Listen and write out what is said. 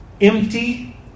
empty